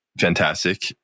fantastic